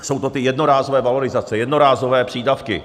Jsou to ty jednorázové valorizace, jednorázové přídavky.